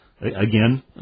Again